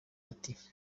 ati